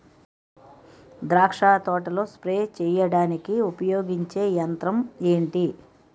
ద్రాక్ష తోటలో స్ప్రే చేయడానికి ఉపయోగించే యంత్రం ఎంటి?